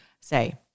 say